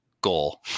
goal